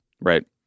right